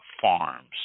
Farms